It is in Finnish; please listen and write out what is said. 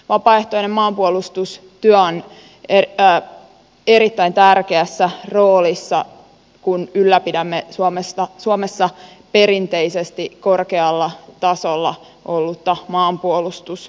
vapaaehtoinen maanpuolustustyö on erittäin tärkeässä roolissa kun ylläpidämme suomessa perinteisesti korkealla tasolla ollutta maanpuolustustahtoa